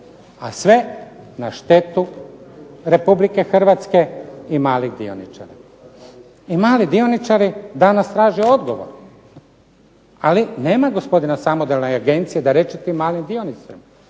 a sve na štetu Republike Hrvatske i malih dioničara. I mali dioničari danas traže odgovore, ali nema gospodina Samodola i Agencije da reče tim malim dioničarima